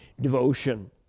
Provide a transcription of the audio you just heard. devotion